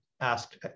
asked